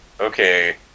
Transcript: okay